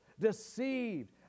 deceived